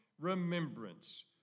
remembrance